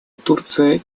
турция